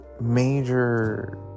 major